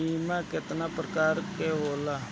बीमा केतना प्रकार के होला?